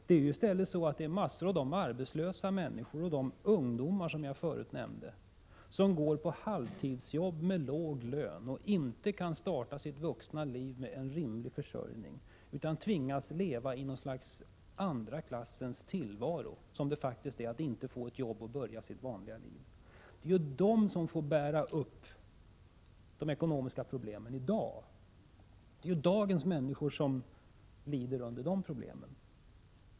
Det är i stället en mängd arbetslösa människor — bl.a. ungdomar, som jag tidigare nämnt, som går på halvtidsjobb med låga löner och inte kan starta sina vuxna liv med en rimlig försörjning utan tvingas leva i ett slags andra klassens tillvaro — som får bära följderna av de ekonomiska problemen i dag. Det är dagens människor som lider av de problemen.